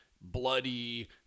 bloody